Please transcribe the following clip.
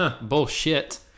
bullshit